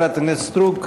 תודה, חברת הכנסת סטרוק.